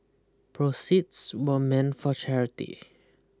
proceeds were meant for charity